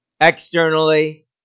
externally